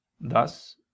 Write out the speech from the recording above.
thus